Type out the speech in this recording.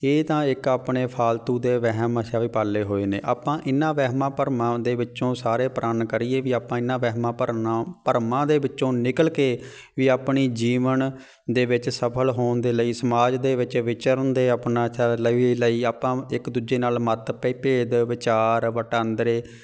ਇਹ ਤਾਂ ਇੱਕ ਆਪਣੇ ਫਾਲਤੂ ਦੇ ਵਹਿਮ ਅੱਛਾ ਵੀ ਪਾਲੇ ਹੋਏ ਨੇ ਆਪਾਂ ਇਹਨਾਂ ਵਹਿਮਾਂ ਭਰਮਾਂ ਦੇ ਵਿੱਚੋਂ ਸਾਰੇ ਪ੍ਰਨ ਕਰੀਏ ਵੀ ਆਪਾਂ ਇਹਨਾਂ ਵਹਿਮਾਂ ਭਰਨ ਭਰਮਾਂ ਦੇ ਵਿੱਚੋਂ ਨਿਕਲ ਕੇ ਵੀ ਆਪਣੀ ਜੀਵਨ ਦੇ ਵਿੱਚ ਸਫਲ ਹੋਣ ਦੇ ਲਈ ਸਮਾਜ ਦੇ ਵਿੱਚ ਵਿਚਰਨ ਦੇ ਆਪਣਾ ਅੱਛਾ ਲਵੀ ਲਈ ਆਪਾਂ ਇੱਕ ਦੂਜੇ ਨਾਲ ਮੱਤ ਭੇ ਭੇਦ ਵਿਚਾਰ ਵਟਾਂਦਰੇ